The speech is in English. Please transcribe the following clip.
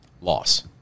Loss